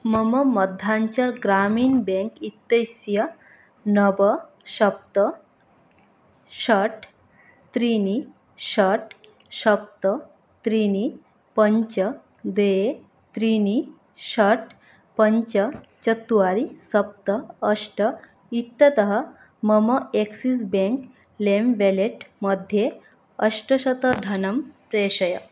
मम मद्धाञ्चल् ग्रामीन् बेङ्क् इत्यस्य नव सप्त षट् त्रीणि षट् सप्त त्रीणि पञ्च द्वे त्रीणि षट् पञ्च चत्वारि सप्त अष्ट इत्यतः मम एक्सिस् बेङ्क् लेम् वेलेट् मध्ये अष्टशतधनं प्रेषय